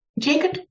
Jacob